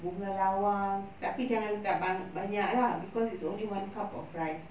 bunga lawa tapi jangan taruh banyak lah because it's only one cup of rice